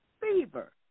fever